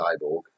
Cyborg